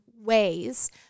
ways